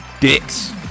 dicks